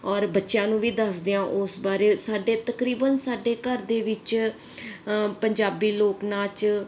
ਔਰ ਬੱਚਿਆਂ ਨੂੰ ਵੀ ਦੱਸਦੇ ਆ ਉਸ ਬਾਰੇ ਸਾਡੇ ਤਕਰੀਬਨ ਸਾਡੇ ਘਰ ਦੇ ਵਿੱਚ ਪੰਜਾਬੀ ਲੋਕ ਨਾਚ